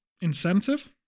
incentive